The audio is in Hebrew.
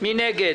מי נגד?